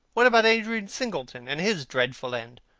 what about adrian singleton and his dreadful end?